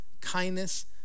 kindness